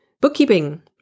bookkeeping